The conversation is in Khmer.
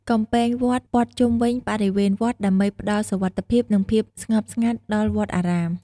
កំពែងវត្តព័ទ្ធជុំវិញបរិវេណវត្តដើម្បីផ្តល់សុវត្ថិភាព និងភាពស្ងប់ស្ងាត់ដល់វត្តអារាម។